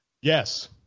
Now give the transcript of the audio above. Yes